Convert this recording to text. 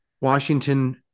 Washington